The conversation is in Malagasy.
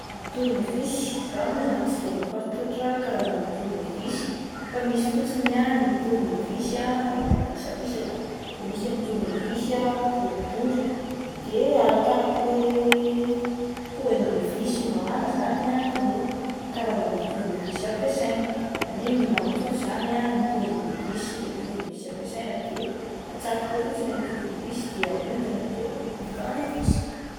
Karazana tournevis, zah moa zany tsy de mahafantatra karazana tournevis fa misy fotsiny ah ny tournevis ah ohatran'ny fisapisaka de misy ny tournevis ah boribory de arakaraky le pôziny ilay visy ho vahana izany ah no karazan'ilay tournevis ampiasaina izany hoe mila mitovy izany ah ny pôziny le visy sy ilay tournevis ampiasaina de atsatoka eo fotsiny ilay tournevis de ahodina de mivaha ilay visy.